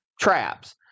traps